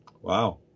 Wow